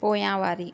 पोयांवारी